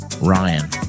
Ryan